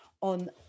on